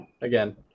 Again